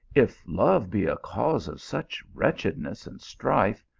if love be a cause of such wretchedness and strife,